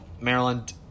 Maryland